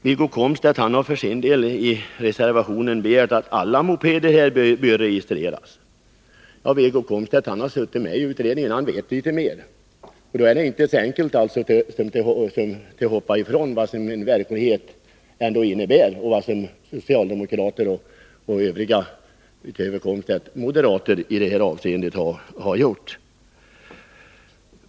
Wiggo Komstedt har för sin del begärt att alla mopeder skall registreras. Wiggo Komstedt har suttit med i utredningen och vet litet mer. Man kan inte heller så enkelt, som socialdemokrater och övriga moderater gör i detta avseende, gå ifrån verkligheten.